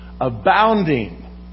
abounding